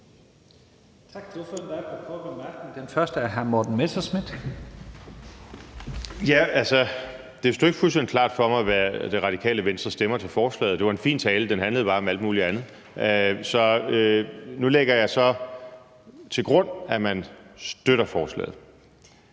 Det stod ikke fuldstændig klart for mig, hvad Radikale Venstre stemmer i forhold til forslaget. Det var en fin tale, men den handlede bare om alt muligt andet. Nu lægger jeg så til grund, at man støtter forslaget,